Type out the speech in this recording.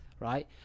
Right